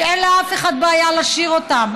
שאין לאף אחד בעיה לשיר אותם.